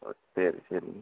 ஓ சரி சரிங்க